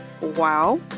wow